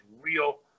real